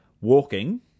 walking